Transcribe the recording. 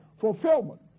fulfillment